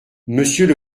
monsieur